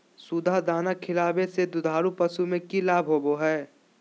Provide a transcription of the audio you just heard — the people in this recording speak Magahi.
सुधा दाना खिलावे से दुधारू पशु में कि लाभ होबो हय?